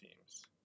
teams